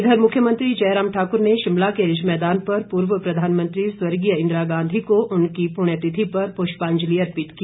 इधर मुख्यमंत्री जयराम ठाकुर ने शिमला के रिज मैदान पर पूर्व प्रधानमंत्री स्वर्गीय इंदिरा गांधी को उनकी पुण्यतिथि पर पुष्पांजलि अर्पित की